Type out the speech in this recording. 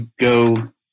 go